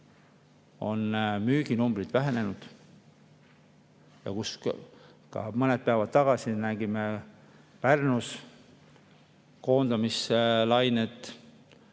müüginumbrid vähenenud ja mõned päevad tagasi nägime Pärnus koondamislainet.